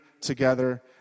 together